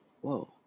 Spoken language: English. Whoa